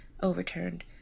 Overturned